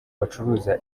bacuruza